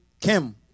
Kim